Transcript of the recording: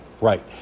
Right